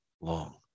long